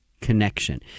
connection